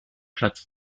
platz